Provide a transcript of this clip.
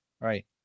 Right